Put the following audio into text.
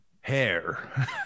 hair